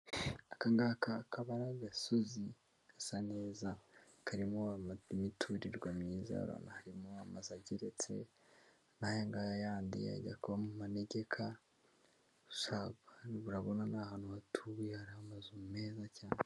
Aka ngaka akaba ari agasozi gasa neza karimo imiturirwa myiza, harimo amazu ageretse n'ayangaya yandi ajya kuba manegeka, gusa urabona ko ari ahantu hatuye, hari amazu meza cyane.